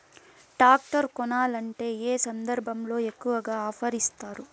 Tractor కొనాలంటే ఏ సందర్భంలో ఎక్కువగా ఆఫర్ ఇస్తారు?